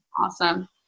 Awesome